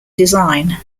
design